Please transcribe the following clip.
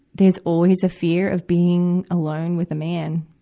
there's always a fear of being alone with a man,